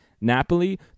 Napoli